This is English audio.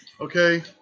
Okay